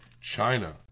China